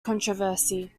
controversy